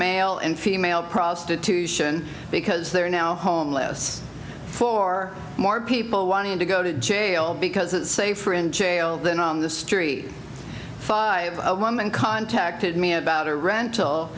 male and female prostitution because there are now homeless for more people wanting to go to jail because it's safer in jail than on the street five a woman contacted me about a rental